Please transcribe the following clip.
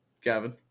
Gavin